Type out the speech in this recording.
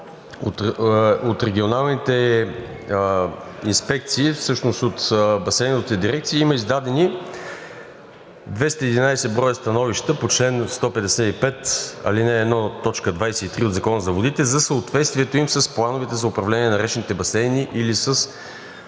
от регионалните инспекции, всъщност от басейновите дирекции, до 15 февруари има издадени 211 броя становища по чл. 155, ал. 1, т. 23 от Закона за водите за съответствието им с плановете за управление на речните басейни или